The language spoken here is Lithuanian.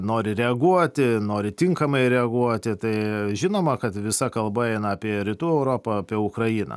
nori reaguoti nori tinkamai reaguoti tai žinoma kad visa kalba eina apie rytų europą apie ukrainą